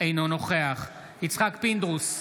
אינו נוכח יצחק פינדרוס,